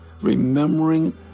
remembering